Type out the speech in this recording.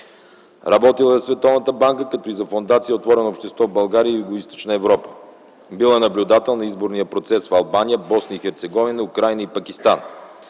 Работил е в Световната банка, както и за Фондация „Отворено общество” – България и Югоизточна Европа. Бил е наблюдател на изборния процес в Албания, Босна и Херцеговина, Украйна и Пакистан.